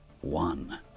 one